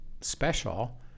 special